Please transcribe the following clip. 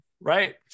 Right